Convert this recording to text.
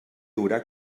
haurà